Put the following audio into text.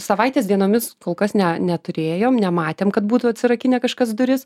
savaitės dienomis kol kas ne neturėjom nematėm kad būtų atsirakinę kažkas duris